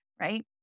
right